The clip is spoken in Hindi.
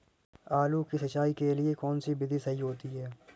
आलू की सिंचाई के लिए कौन सी विधि सही होती है?